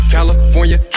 California